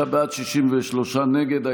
55 בעד, 63 נגד.